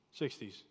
60s